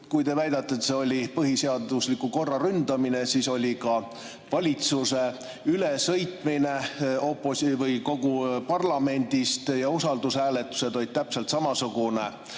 Kui te väidate, et see oli põhiseadusliku korra ründamine, siis oli ka valitsuse ülesõitmine kogu parlamendist ja usaldushääletused täpselt samasugune